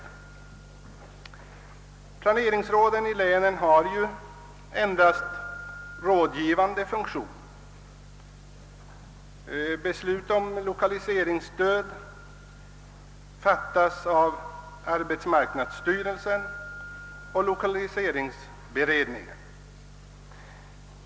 Planeringsråden i länen har ju endast rådgivande funktion — beslut om lokaliseringsstöd fattas av arbetsmarknadsstyrelsen och lokaliseringsberedningen.